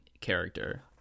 character